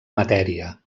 matèria